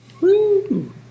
Woo